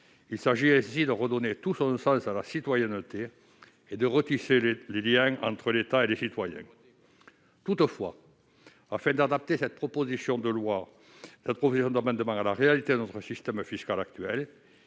Il s'agit ainsi de redonner tout son sens à la citoyenneté, et de retisser les liens entre l'État et les citoyens. Toutefois, afin d'adapter cette proposition à la réalité de notre système fiscal actuel,